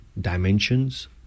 dimensions